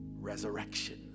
resurrection